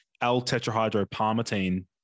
L-tetrahydropalmitine